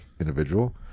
individual